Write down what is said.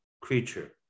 creature